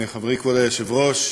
חברי כבוד היושב-ראש,